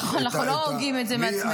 בדיוק, נכון, אנחנו לא הוגים את זה בעצמנו.